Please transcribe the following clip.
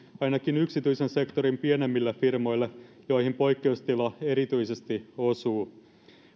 ainakin yksityisen sektorin pienemmille firmoille joihin poikkeustila erityisesti osuu